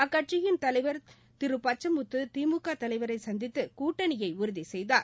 அக்கட்சியின் தலைவர் திரு பச்சமுத்து திமுக தலைவரை சந்தித்து கூட்டணியை உறுதி செய்தார்